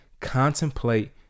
contemplate